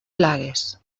plagues